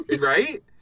Right